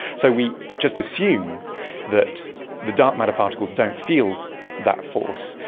so we just assume that the dark matter particles don't feel that force,